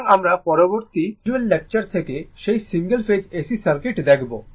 সুতরাং আমরা পরবর্তী ভিজ্যুয়াল লেকচার থেকে সেই সিঙ্গেল ফেজ AC সার্কিটটি দেখব